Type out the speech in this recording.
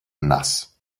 nass